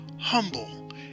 humble